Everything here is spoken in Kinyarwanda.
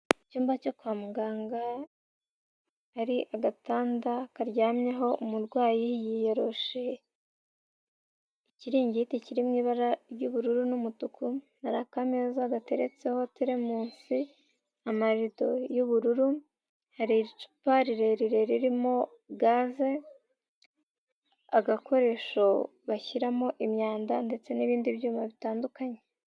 Icyumba cyo kwa muganga hari agatanda karyamyeho umurwayi yiyoroshe ikiringiti kiri mu ibara ry'ubururu n'umutuku, hari akameza gateretseho terimunsi, amarido y'ubururu, hari icupa rirerire ririmo gaze, agakoresho bashyiramo imyanda ndetse n'ibindi byuma bitandukanye.